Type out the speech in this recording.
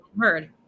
heard